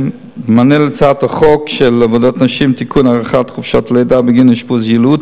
הארכת חופשת הלידה בגין אשפוז יילוד)